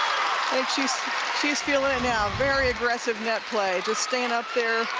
and she's she's feeling it now very aggressive net play. staying up there,